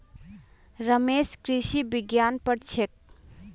रमेश कृषि विज्ञान पढ़ छेक